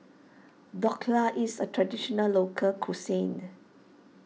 Dhokla is a Traditional Local Cuisine